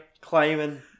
climbing